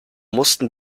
mussten